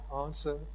answer